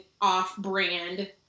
off-brand